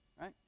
right